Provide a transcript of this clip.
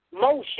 motion